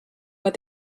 what